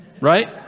right